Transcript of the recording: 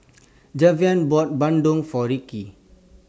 Javier bought Bandung For Rikki